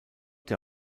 der